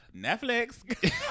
Netflix